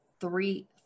three